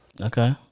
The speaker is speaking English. Okay